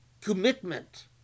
commitment